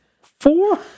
Four